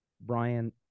Brian